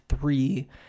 three